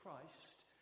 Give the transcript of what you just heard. Christ